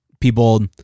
people